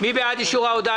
מי בעד אישור ההודעה?